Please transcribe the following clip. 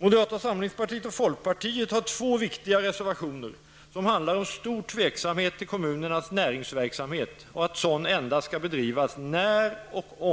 Moderata samlingspartiet och folkpartiet liberalerna har två viktiga reservationer, som handlar om stor tveksamhet till kommunernas näringsverksamhet och att sådan endast skall bedrivas när och